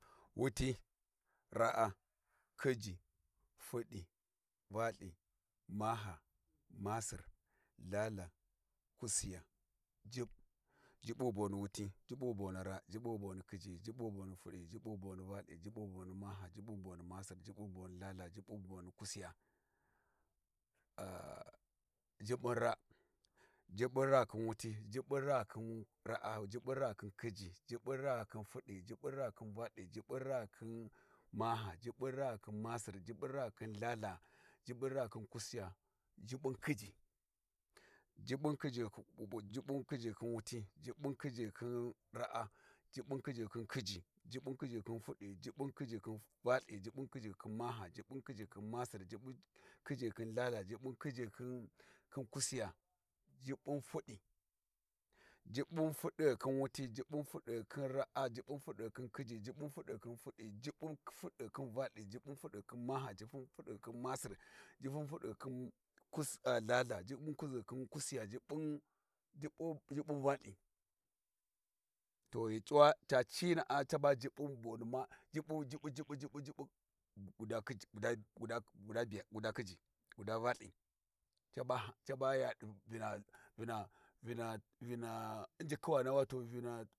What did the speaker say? Wuti, raa, khijji, Fuddi, Valthi maha, masir, lthaltha. kussiya, jubb, jubb boni wuti, jubb boni raa, jubb boni khijji, jubb boni fuddi. jubb boni valtthi, jubb boni maha, jubb boni masir, jubb boni lthalth, jubb boni kusiya jubbun raa. Jubbun raa ghukhin wuti jubbun khijji, jubbun raa, ghunkhin khijji, jubbun raa ghukhin valthi jubbun raa ghukhin maha, jubbun raa ghukhinmasir, jubbun raa ghukhin lthaltha, jubbun raa jubbun raa, ghunkhin khijji, jubbun raa ghukhin valthi jubbun raa ghukhin maha, jubbun raa ghukhinmasir, jubbun raa ghukhin lthaltha, jubbun raa jubbun fuddi jubbun fudd, ghukhin wuti, jubbun fudddi ghukhin raa, jubbun fuddi ghukhin fuddi ghukhinn maha, jubbun fuddighukhin lthaltha jubbun ghunkhin kusiya jubbun valthi, ghi cuwa ca cina caba jubbun boni ma.